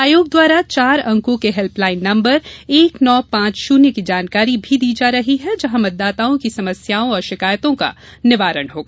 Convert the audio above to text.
आयोग द्वारा चार अंको के हेल्पलाइन नंबर एक नौ पॉच शून्य की जानकारी भी दी जा रही है जहां मतदाताओं की समस्याओं और शिकायतों का निवारण होगा